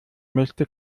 möchte